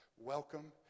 welcome